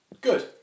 Good